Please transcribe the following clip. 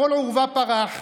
הכול עורבא פרח,